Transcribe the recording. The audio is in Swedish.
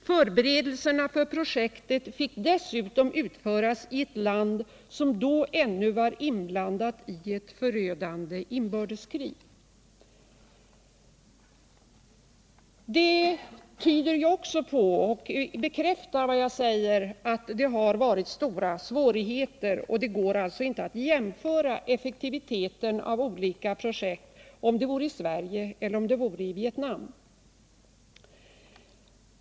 Förberedelserna för projektet fick dessutom utföras i ett land som då ännu var inblandat i ett förödande inbördeskrig.” Detta bekräftar vad jag sagt om de stora svårigheterna. Det går alltså inte att beträffande effektiviteten jämföra mellan projekt i Sverige och projekt i Vietnam.